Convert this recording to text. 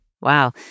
Wow